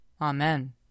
Amen